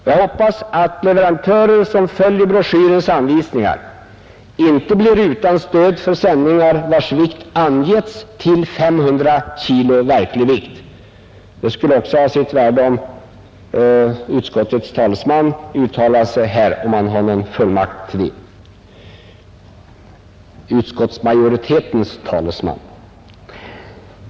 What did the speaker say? Jag hoppas att leverantörer som följer broschyrens anvisningar inte blir utan stöd för sändningar vilkas vikt angetts till 500 kg verklig vikt. Det skulle också ha sitt värde om kommunikationsministern eller utskottsmajoritetens talesman — om han har fullmakt till det — uttalar sig på denna punkt.